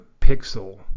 pixel